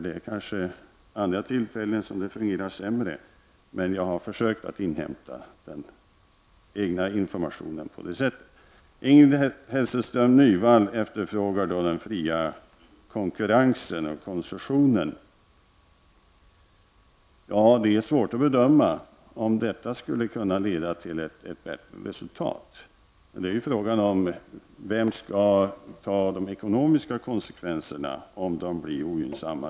Det finns kanske andra tillfällen då det fungerat sämre. Men jag har försökt att på det sättet inhämta egen information. Ingrid Hasselström Nyvall frågade om den fria konkurrensen och koncessionen. Det är svårt att bedöma om ett frisläppande skulle kunna leda till ett bättre resultat. Det är fråga om vem som skall ta de ekohomiska konsekvenserna om utvecklingen blir ogynnsam.